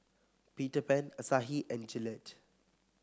Peter Pan Asahi and Gillette